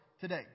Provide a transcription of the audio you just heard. today